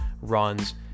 runs